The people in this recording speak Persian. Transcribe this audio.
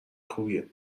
خوبیه